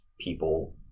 people